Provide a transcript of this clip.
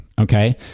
Okay